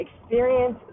experience